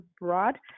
broad